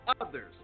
others